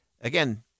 again